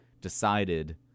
decided